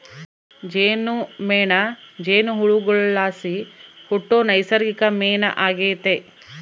ಜೇನುಮೇಣ ಜೇನುಹುಳುಗುಳ್ಲಾಸಿ ಹುಟ್ಟೋ ನೈಸರ್ಗಿಕ ಮೇಣ ಆಗೆತೆ